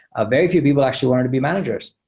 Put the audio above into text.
ah very few people actually want to be managers,